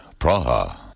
Praha